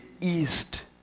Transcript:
east